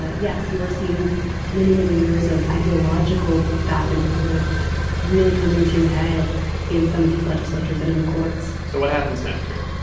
ah yes, you are seeing many, many years of ideological back-and-forth really coming to a head in some of these legislatures and in the courts so what happens next here?